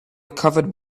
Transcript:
recovered